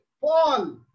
Paul